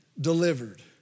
delivered